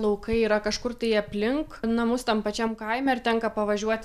laukai yra kažkur tai aplink namus tam pačiam kaime ar tenka pavažiuot